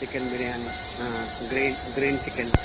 chicken biryani గ్రీ green chicken